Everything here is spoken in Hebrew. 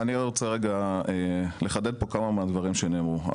אני רוצה לחדד פה כמה מהדברים שנאמרו.